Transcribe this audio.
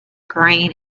green